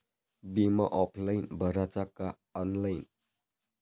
बिमा ऑफलाईन भराचा का ऑनलाईन?